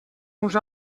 uns